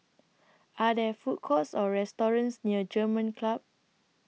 Are There Food Courts Or restaurants near German Club